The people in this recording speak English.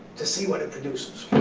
to see what it produces.